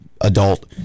adult